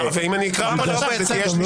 ואם אני אקרא עכשיו, זאת תהיה שלישית.